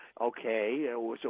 okay